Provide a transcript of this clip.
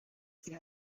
sie